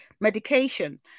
medication